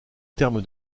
terme